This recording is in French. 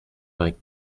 vingt